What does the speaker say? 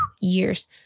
years